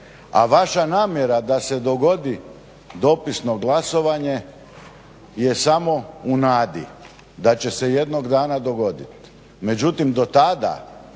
A vaša namjera da se dogodi dopisno glasovanje je samo u nadi da će se jednog dana dogoditi.